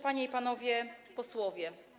Panie i Panowie Posłowie!